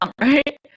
right